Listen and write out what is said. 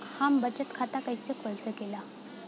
हम बचत खाता कईसे खोल सकिला?